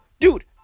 dude